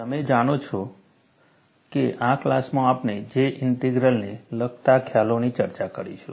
તમે જાણો છો કે આ ક્લાસમાં આપણે J ઇન્ટિગ્રલને લગતા ખ્યાલોની ચર્ચા કરીશું